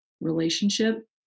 relationship